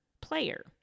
player